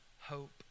hope